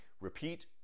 repeat